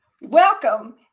Welcome